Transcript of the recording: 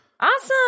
Awesome